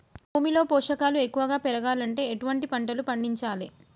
భూమిలో పోషకాలు ఎక్కువగా పెరగాలంటే ఎటువంటి పంటలు పండించాలే?